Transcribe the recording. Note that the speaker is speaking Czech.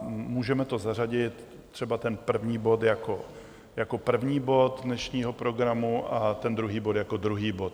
Můžeme to zařadit... třeba ten první bod jako první bod dnešního programu a ten druhý bod jako druhý bod.